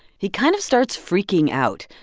he kind of starts freaking out.